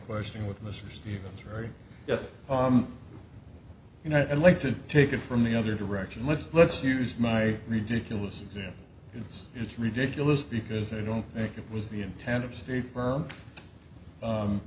question with mr stevens right yes you know i'd like to take it from the other direction let's let's use my ridiculous example it's it's ridiculous because i don't think it was the intent of st